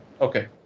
Okay